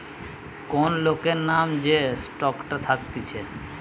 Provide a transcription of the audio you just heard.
কোন লোকের নাম যে স্টকটা থাকতিছে